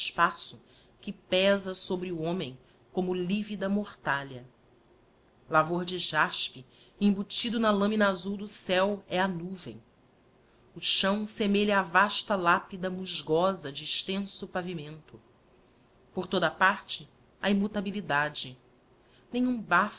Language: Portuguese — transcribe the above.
espaço que peza sobre o homem como livida mortalha lavor de jaspe embutido na lamina azul do céo é a nuvem o chão semelha a vasta lapida musgosa de extenso pavimento por toda a parte a immutabilidade nem um